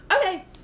Okay